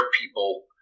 people